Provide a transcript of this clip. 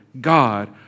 God